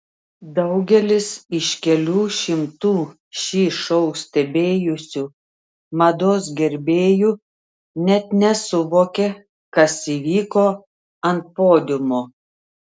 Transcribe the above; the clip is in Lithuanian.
daugelis iš kelių šimtų šį šou stebėjusių mados gerbėjų net nesuvokė kas įvyko ant podiumo